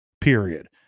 period